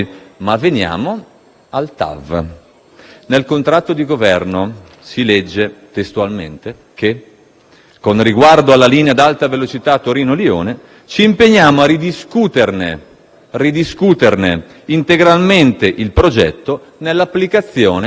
Nel contratto di Governo si legge testualmente che «con riguardo alla Linea ad alta velocità Torino-Lione, ci impegniamo a ridiscuterne integralmente il progetto nell'applicazione dell'accordo tra Italia e Francia».